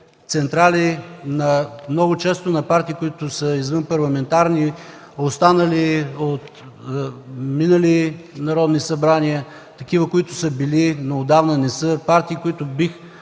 централи на партии, които са извънпарламентарни, останали от минали народни събрания такива, които са били, но отдавна не са партии, които бих